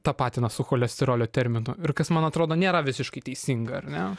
tapatina su cholesterolio terminu ir kas man atrodo nėra visiškai teisinga ar ne